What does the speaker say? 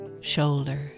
Shoulder